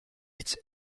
its